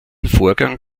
vorgang